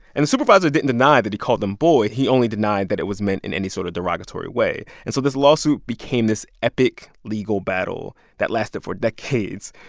and the supervisor didn't deny that he called them boy. he only denied that it was meant in any sort of derogatory way. and so this lawsuit became this epic legal battle that lasted for decades,